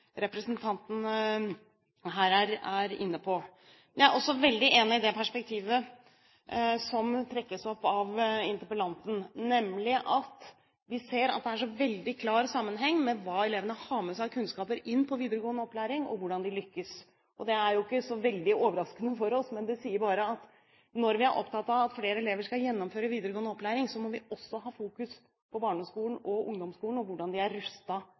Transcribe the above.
perspektivet som trekkes opp av interpellanten, nemlig at vi ser at det er så veldig klar sammenheng mellom hva elevene har med seg av kunnskap inn i videregående opplæring, og hvordan de lykkes. Det er jo ikke så veldig overraskende for oss, men det sier bare at når vi er opptatt av at flere elever skal gjennomføre videregående opplæring, må vi også ha fokus på barneskolen og ungdomsskolen og hvordan de er